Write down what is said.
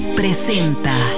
presenta